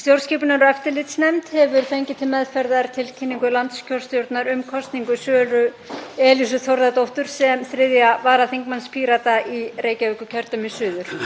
Stjórnskipunar- og eftirlitsnefnd hefur fengið til meðferðar tilkynningu landskjörstjórnar um kosningu Söru Elísu Þórðardóttur sem 3. varaþingmanns Pírata í Reykjavíkurkjördæmi suður.